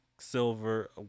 silver